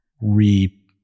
re